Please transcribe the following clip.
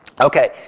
Okay